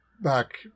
back